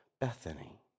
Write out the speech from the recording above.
Bethany